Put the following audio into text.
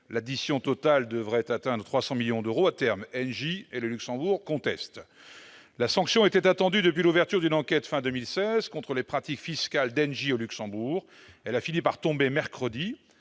L'addition totale devrait atteindre 300 millions d'euros à terme. Engie et le Luxembourg contestent. La sanction était attendue depuis l'ouverture d'une enquête à la fin de 2016 contre les pratiques fiscales d'Engie au Luxembourg. Elle a fini par tomber mercredi,